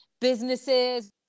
businesses